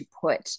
put